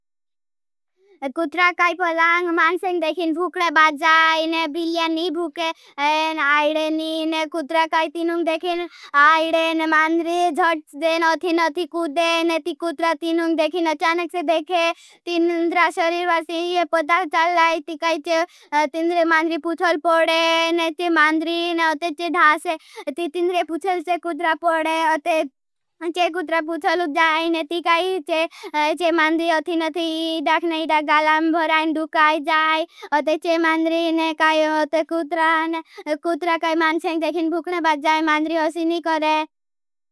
कुट्रा काई को लांग मांसेंग देखिन भूक्ड़ा बाजाईन, बिल्यान नी भूकेन। आईडेन नीन, कुट्रा काई तीनुंग देखिन। आईडेन मांद्री जट देन, उठीन उती कुदेन। ती कुट्रा तीनुंग देखिन। अचानक से देखे, ती निंद्रा शरीर व ती दाखन इदा गालां भराईन दुखाई जाई। अते चे मांद्री ने काई। अते कुट्रा काई मांसेंग देखिन भूक्ड़ा बाजाई। मांद्री हसी नी करे।